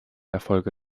erfolge